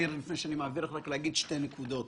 לפני שאני מעביר לך, להגיד שתי נקודות.